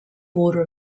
border